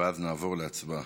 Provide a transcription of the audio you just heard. ואז נעבור להצבעה.